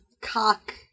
cock